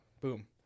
Boom